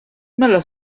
mela